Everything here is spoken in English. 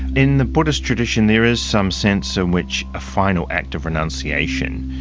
in the buddhist tradition there is some sense in which a final act of renunciation,